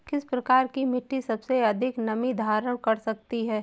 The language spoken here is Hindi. किस प्रकार की मिट्टी सबसे अधिक नमी धारण कर सकती है?